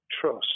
trust